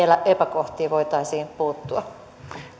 epäkohtiin voitaisiin puuttua